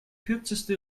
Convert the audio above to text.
kürzeste